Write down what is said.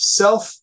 self